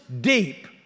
deep